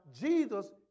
Jesus